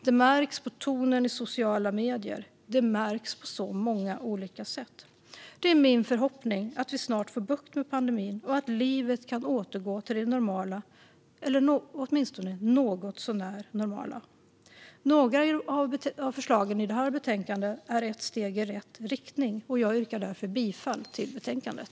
Det märks på tonen i sociala medier. Det märks på så många olika sätt. Det är min förhoppning att vi snart får bukt med pandemin och att livet kan återgå till det normala eller åtminstone något så när normala. Några av förslagen i detta betänkande är steg i rätt riktning. Jag yrkar därför bifall till förslaget i betänkandet.